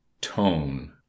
tone